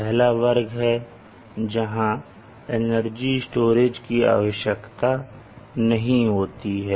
पहला वर्ग है जहां एनर्जी स्टोरेज की आवश्यकता नहीं होती है